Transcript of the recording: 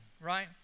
right